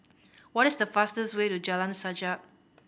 what is the fastest way to Jalan Sajak